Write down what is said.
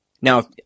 Now